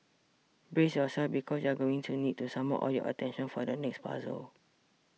brace yourselves because you're going to need to summon all your attention for the next puzzle